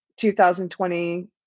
2020